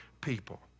people